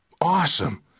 Awesome